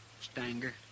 Stanger